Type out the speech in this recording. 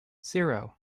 zero